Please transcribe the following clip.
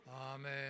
Amen